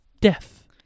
death